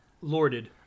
lorded